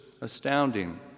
astounding